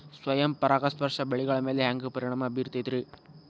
ಸ್ವಯಂ ಪರಾಗಸ್ಪರ್ಶ ಬೆಳೆಗಳ ಮ್ಯಾಲ ಹ್ಯಾಂಗ ಪರಿಣಾಮ ಬಿರ್ತೈತ್ರಿ?